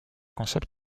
concept